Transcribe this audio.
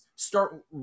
start